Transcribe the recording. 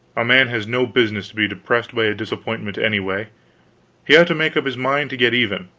a man has no business to be depressed by a disappointment, anyway he ought to make up his mind to get even.